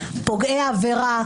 פוגעי עבירה,